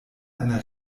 einer